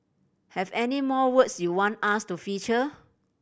have any more words you want us to feature